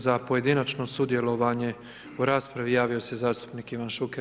Za pojedinačno sudjelovanje u raspravi javio se zastupnik Ivan Šuker.